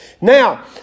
Now